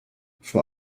vor